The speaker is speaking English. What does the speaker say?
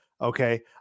Okay